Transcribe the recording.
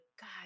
God